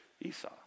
Esau